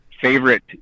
favorite